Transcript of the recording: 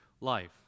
life